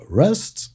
rest